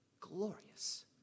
glorious